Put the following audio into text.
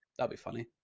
be funny.